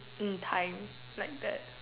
in time like that